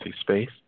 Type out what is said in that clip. space